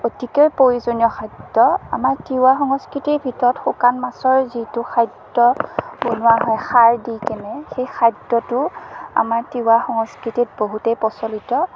অতিকে প্ৰয়োজনীয় খাদ্য আমাৰ তিৱা সংস্কৃতিৰ ভিতৰত শুকান মাছৰ যিটো খাদ্য বনোৱা হয় খাৰ দি কেনে সেই খাদ্যটো আমাৰ তিৱা সংস্কৃতিত বহুতেই প্ৰচলিত